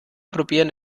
probieren